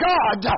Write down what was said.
God